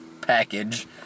package